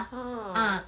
ah